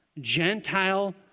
Gentile